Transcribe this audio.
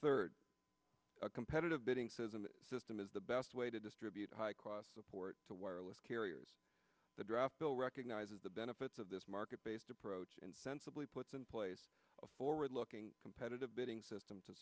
third a competitive bidding cism system is the best way to distribute high cost support to wireless carriers the draft bill recognizes the benefits of this market based approach insensibly puts in place a forward looking competitive bidding system to